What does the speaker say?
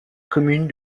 commune